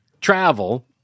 Travel